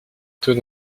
taux